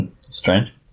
Strange